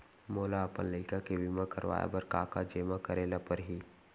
मोला अपन लइका के बीमा करवाए बर का का जेमा करे ल परही?